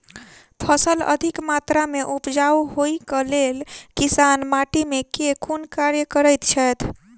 फसल अधिक मात्रा मे उपजाउ होइक लेल किसान माटि मे केँ कुन कार्य करैत छैथ?